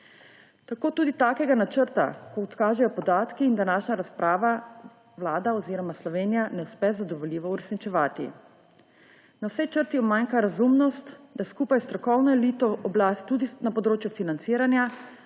Tako tudi takega načrta, kot kažejo podatki in današnja razprava, Vlada oziroma Slovenija ne uspe zadovoljivo uresničevati. Na vsej črti umanjka razumnost, da skupaj s strokovno elito oblast tudi na področju financiranja